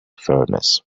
furnace